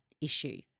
issue